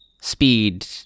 speed